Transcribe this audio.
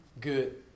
good